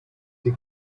sie